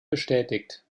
bestätigt